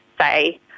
say